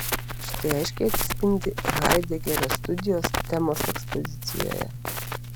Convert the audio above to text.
šitai aiškiai atsispindi haidegerio studijos temos ekspozicijoje